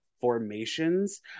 formations